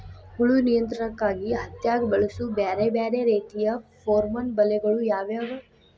ಹುಳು ನಿಯಂತ್ರಣಕ್ಕಾಗಿ ಹತ್ತ್ಯಾಗ್ ಬಳಸುವ ಬ್ಯಾರೆ ಬ್ಯಾರೆ ರೇತಿಯ ಪೋರ್ಮನ್ ಬಲೆಗಳು ಯಾವ್ಯಾವ್?